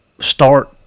start